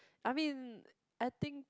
I mean I think